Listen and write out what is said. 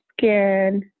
skin